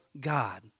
God